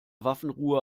waffenruhe